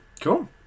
Cool